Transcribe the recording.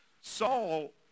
Saul